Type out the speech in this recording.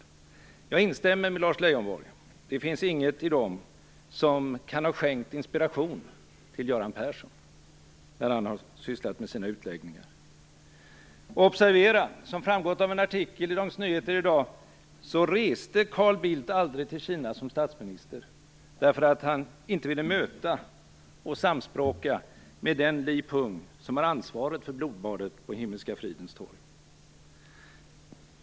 Jag instämmer i det som Lars Leijonborg sade, att det inte finns någonting i dem som kan ha skänkt inspiration till Göran Persson när han har sysslat med sina utläggningar. Nyheter av i dag reste Carl Bildt aldrig till Kina som statsminister, därför att han inte ville möta och samspråka med den Li Peng som hade ansvaret för blodbadet på Himmelska fridens torg.